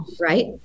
right